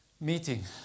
meeting